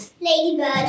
Ladybird